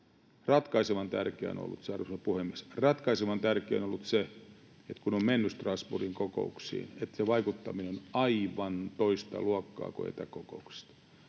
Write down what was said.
Ratkaisevan tärkeää on ollut se, arvoisa puhemies, että kun on mennyt Strasbourgiin kokouksiin, se vaikuttaminen on aivan toista luokkaa kuin etäkokouksesta